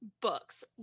books